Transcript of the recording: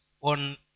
on